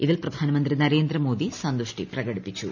ഇതിൽ പ്രധാനമന്ത്രി നരേന്ദ്രമോദി സന്തുഷ്ടി പ്രകടിപ്പിച്ചു